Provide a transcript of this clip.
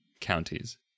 counties